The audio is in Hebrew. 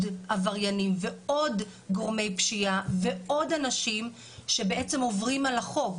עבריינים ועוד גורמי פשיעה ועוד אנשים שבעצם עוברים על החוק.